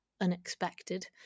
unexpected